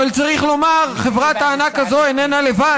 אבל צריך לומר: חברת הענק הזאת אינה לבד.